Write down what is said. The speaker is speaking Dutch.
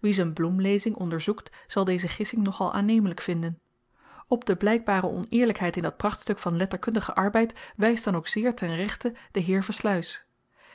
wie z'n bloemlezing onderzoekt zal deze gissing nog-al aannemelyk vinden op de blykbare oneerlykheid in dat prachtstuk van letterkundigen arbeid wyst dan ook zeer ten rechte de heer versluys